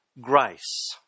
grace